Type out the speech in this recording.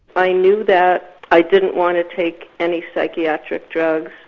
i knew that i didn't want to take any psychiatric drugs,